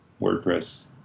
WordPress